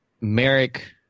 Merrick